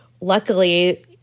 luckily